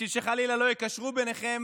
בשביל שחלילה לא יקשרו ביניכם